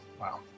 Wow